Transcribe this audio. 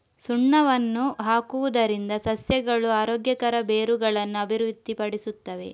ಸುಣ್ಣವನ್ನು ಹಾಕುವುದರಿಂದ ಸಸ್ಯಗಳು ಆರೋಗ್ಯಕರ ಬೇರುಗಳನ್ನು ಅಭಿವೃದ್ಧಿಪಡಿಸುತ್ತವೆ